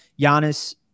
Giannis